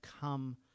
come